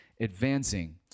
advancing